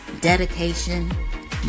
dedication